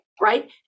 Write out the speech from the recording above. right